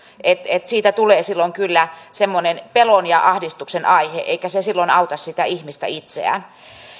että siitä tulee silloin kyllä semmoinen pelon ja ahdistuksen aihe eikä se silloin auta sitä ihmistä itseään